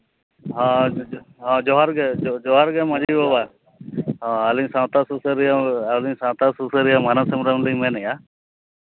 ᱦᱳᱭ ᱡᱚᱦᱟᱨ ᱜᱮ ᱡᱚᱦᱟᱨ ᱜᱮ ᱢᱟᱹᱡᱷᱤ ᱵᱟᱵᱟ ᱟᱹᱞᱤᱧ ᱥᱟᱶᱛᱟ ᱥᱩᱥᱟᱹᱨᱤᱭᱟᱹ ᱟᱹᱞᱤᱧᱹᱨᱤᱭᱟᱹ ᱥᱟᱶᱛᱟ ᱥᱩᱥᱟᱢᱟᱱᱚᱥ ᱦᱮᱢᱵᱨᱚᱢ ᱞᱤᱧ ᱢᱮᱱᱮᱫᱼᱟ